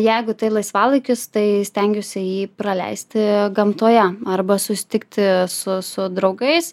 jeigu tai laisvalaikis tai stengiuosi jį praleisti gamtoje arba susitikti su su draugais